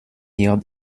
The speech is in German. wird